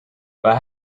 waar